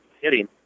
Hitting